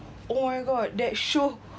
oh my god that show